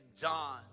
John